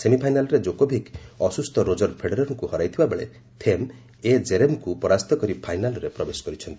ସେମିଫାଇନାଲ୍ରେ ଜୋକୋଭିକ୍ ଅସୁସ୍ଥ ରୋଜର୍ ଫେଡେରର୍ଙ୍କୁ ହରାଇଥିବାବେଳେ ଥେମ୍ ଏ ଜେରେଭ୍ଙ୍କୁ ପରାସ୍ତ କରି ଫାଇନାଲ୍ରେ ପ୍ରବେଶ କରିଛନ୍ତି